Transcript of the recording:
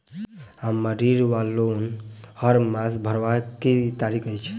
हम्मर ऋण वा लोन हरमास भरवाक की तारीख अछि?